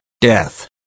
death